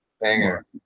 Banger